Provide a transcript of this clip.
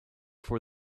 for